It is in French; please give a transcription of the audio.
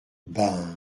ben